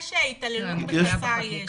יש התעללות בחסר ישע,